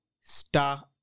star